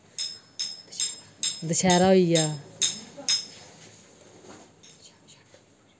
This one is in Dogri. दशैह्रा होई गेआ